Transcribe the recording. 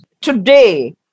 Today